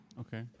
okay